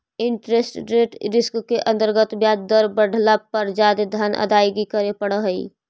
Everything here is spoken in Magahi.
इंटरेस्ट रेट रिस्क के अंतर्गत ब्याज दर बढ़ला पर जादे धन अदायगी करे पड़ऽ हई